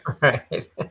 Right